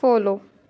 follow